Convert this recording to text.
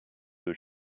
deux